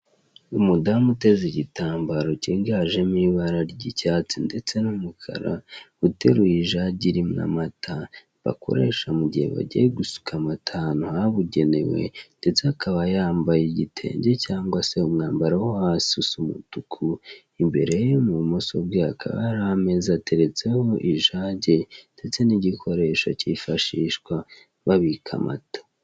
Umudamu uteze igitambaro kiganjemo ibara ry'icyatsi ndetse n'umukara, uteruye ijage irimo amata bakoresha mu gihe bagiye gusuka amata ahantu habugenewe ndetse akaba yambaye igitenge cyangwa se umwambaro wo hasi usa umutuku, imbere ye mu bumoso bwe hakaba hari ameza ateretseho ijage ndetse n'igikoresho kifashishwa babika amata.